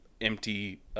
empty –